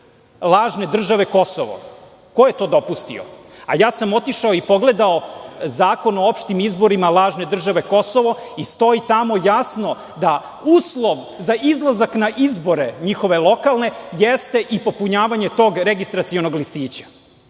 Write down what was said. lažne države Kosovo. Ko je to dopustio? Otišao sam i pogledao Zakon o opštim izborima lažne države Kosovo i stoji tamo jasno da uslov za izlazak na izbore njihove lokalne jeste i popunjavanje tog registracionog listića.Za